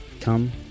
come